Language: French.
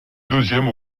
deuxième